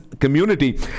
community